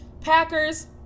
Packers